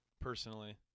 Personally